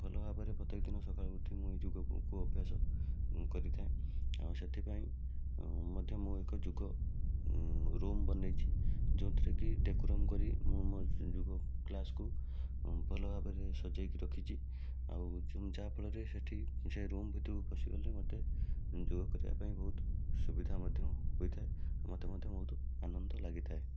ଉଁ ଭଲ ଭାବରେ ପ୍ରତ୍ୟେକ ଦିନ ସଖାଳୁ ଉଠି ମୁଁ ନିଜକୁ ଅଭ୍ୟାସ କରିଥାଏ ଆଉ ସେଥିପାଇଁ ମୁଁ ମଧ୍ୟ ମୁଁ ଏକ ଯୋଗ ରୁମ୍ ବନାଇଛି ଯେଉଁଥିରେ କି ଡେକୁରମ୍ କରି ମୁଁ ମୋର ଯୋଗ କ୍ଳାସକୁ ଭଲ ଭାବରେ ସଜାଇକି ରଖିଛି ଆଉ ଯାହାଫଳରେ ସେଇଠି ସେ ରୁମ୍ ଭିତରକୁ ପଶିଗଲେ ମୋତେ ଯୋଗ କରିବା ପାଇଁ ବହୁତ ସୁବିଧା ମଧ୍ୟ ହୋଇଥାଏ ମୋତେ ମଧ୍ୟ ବହୁତ ଆନନ୍ଦ ଲାଗିଥାଏ